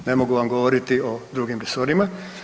Ne mogu vam govoriti o drugim resorima.